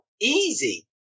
easy